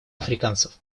африканцев